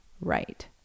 right